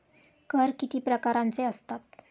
कर किती प्रकारांचे असतात?